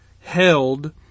held